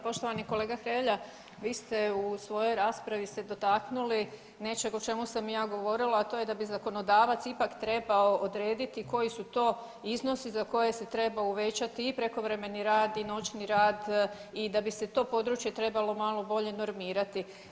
Poštovani kolega Hrelja, vi ste se u svojoj raspravi dotaknuli nečeg o čemu sam ja govorila, a to je da bi zakonodavac ipak trebao odrediti koji su to iznosi za koje se treba uvećati i prekovremeni rad i noćni rad i da bi se to područje trebalo malo bolje normirati.